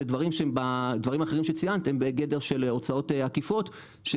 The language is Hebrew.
ודברים אחרים שציינת הם בגדר של הוצאות עקיפות.